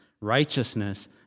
righteousness